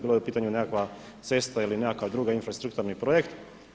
Bilo je u pitanju nekakva cesta ili nekakvi drugi infrastrukturni projekt.